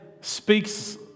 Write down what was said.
speaks